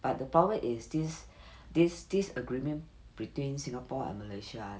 but the problem is this this this agreement between singapore and malaysia